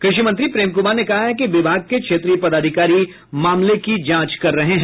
कृषि मंत्री प्रेम कुमार ने कहा है कि विभाग के क्षेत्रीय पदाधिकारी मामले की जांच कर रहे हैं